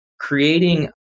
creating